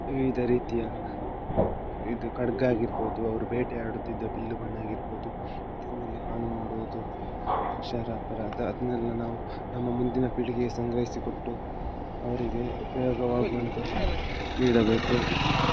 ವಿವಿಧ ರೀತಿಯ ಇದು ಖಡ್ಗ ಆಗಿರ್ಬೋದು ಅವರು ಬೇಟೆ ಆಡುತ್ತಿದ್ದ ಬಿಲ್ಲು ಬಾಣ ಆಗಿರ್ಬೋದು ಇದನ್ನೆಲ್ಲ ಹಾಳು ಮಾಡುವುದು ಶಿಕ್ಷಾರ್ಹ ಅಪರಾಧ ಅದನ್ನೆಲ್ಲ ನಾವು ನಮ್ಮ ಮುಂದಿನ ಪೀಳಿಗೆಗೆ ಸಂಗ್ರಹಿಸಿ ಕೊಟ್ಟು ಅವರಿಗೆ ಉಪಯೋಗವಾಗುವಂಥ ನೀಡಬೇಕು